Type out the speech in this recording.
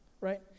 right